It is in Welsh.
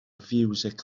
fiwsig